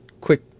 quick